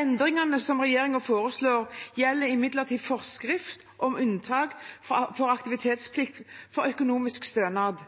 Endringene som regjeringen foreslår, gjelder imidlertid forskrift om unntak for aktivitetsplikt for økonomisk stønad.